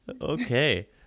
Okay